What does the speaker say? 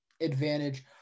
advantage